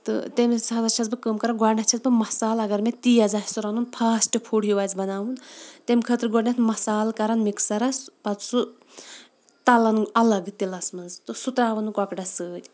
تہٕ تمہِ حِساب حظ چھٮ۪س بہٕ کٲم کَران گۄڈٕنٮ۪تھ چھٮ۪س بہٕ مَصالہٕ اگر مےٚ تیز آسہِ رَنُن فاسٹ فُڈ ہیوٗ آسہِ بَناوُن تمہِ خٲطرٕ گۄڈٕنٮ۪تھ مصالہٕ کَران مِکسَرَس پَتہٕ سُہ تَلان الگ تِلَس منٛز تہٕ سُہ ترٛاوان کۄکرَس سۭتۍ